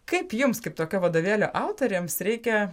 kaip jums kaip tokio vadovėlio autorėms reikia